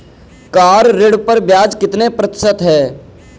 Car ऋण पर ब्याज कितने प्रतिशत है?